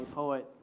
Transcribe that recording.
poet